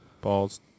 balls